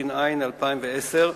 התש"ע 2010,